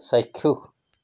চাক্ষুষ